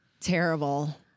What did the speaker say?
terrible